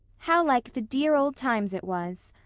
how like the dear old times it was!